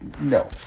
No